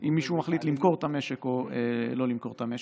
אם מישהו מחליט למכור את המשק או לא למכור את המשק.